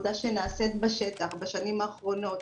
מעבודה שנעשית בשטח בשנים האחרונות